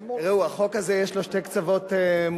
ראו, החוק הזה יש לו שני קצוות מוזרים.